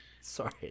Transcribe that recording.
sorry